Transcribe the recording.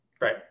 Right